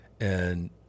and-